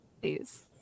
please